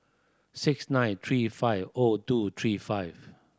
six nine three five O two three five